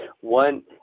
one